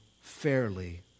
fairly